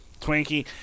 twinkie